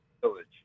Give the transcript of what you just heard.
village